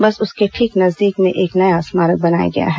बस उसके ठीक नजदीक में एक नया स्मारक बनाया गया है